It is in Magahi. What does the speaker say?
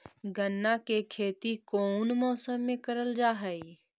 गन्ना के खेती कोउन मौसम मे करल जा हई?